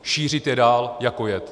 Šířit je dál jako jed.